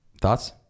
Thoughts